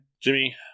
Jimmy